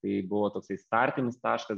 tai buvo toksai startinis taškas